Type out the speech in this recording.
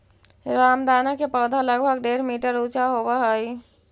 रामदाना के पौधा लगभग डेढ़ मीटर ऊंचा होवऽ हइ